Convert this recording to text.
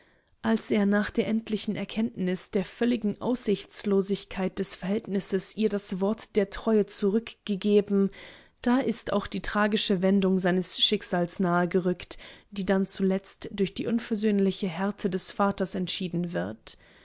als er nach der endlichen erkenntnis der völligen aussichtslosigkeit des verhältnisses ihr das wort der treue zurückgegeben da ist auch die tragische wendung seines schicksals nahegerückt die dann zuletzt durch die unversöhnliche härte des vaters entschieden wird